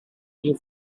new